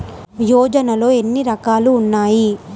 యోజనలో ఏన్ని రకాలు ఉన్నాయి?